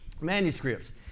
manuscripts